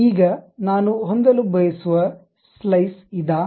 ಈಗ ನಾನು ಹೊಂದಲು ಬಯಸುವ ಸ್ಲೈಸ್ ಇದಾ